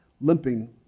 limping